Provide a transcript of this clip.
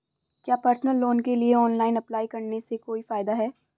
क्या personal loan के लिए ऑनलाइन अप्लाई करने से कोई फायदा है?